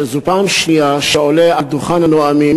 שזו פעם שנייה שהוא עולה על דוכן הנואמים